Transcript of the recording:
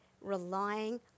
relying